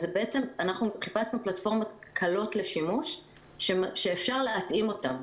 חיפשנו פלטפורמות קלות לשימוש שאפשר להתאים אותן.